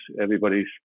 everybody's